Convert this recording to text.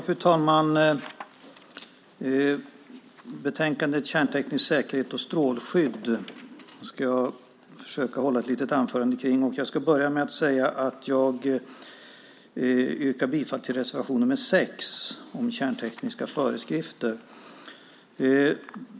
Fru talman! Betänkandet Kärnteknisk säkerhet och strålskydd ska jag försöka hålla ett litet anförande om. Jag ska börja med att säga att jag yrkar bifall till reservation 6 om kärntekniska föreskrifter.